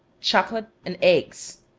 chocolate, and eggs.